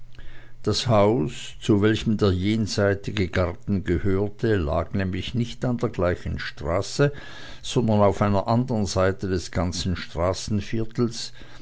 das haus zu welchem der jenseitige garten gehörte lag nämlich nicht an der gleichen straße sondern auf einer anderen seite des ganzen